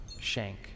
Shank